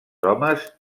homes